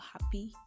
happy